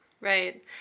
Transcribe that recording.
Right